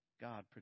God